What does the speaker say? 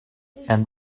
and